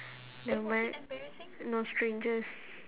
the mine no strangers